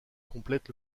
complètent